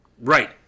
Right